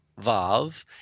Vav